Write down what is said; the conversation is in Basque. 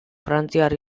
frantziar